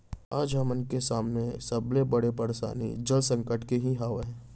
आज हमन के सामने सबले बड़े परसानी जल संकट के ही हावय